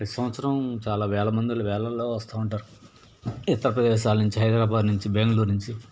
ప్రతీ సంవత్సరం చాలా వేల మంది వెల్లలో వస్తూ ఉంటారు ఇతర ప్రదేశాల నుంచి హైదరాబాద్ నుంచి బెంగళూరు నుంచి